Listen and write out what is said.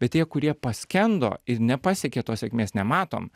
bet tie kurie paskendo ir nepasiekė tos sėkmės nematom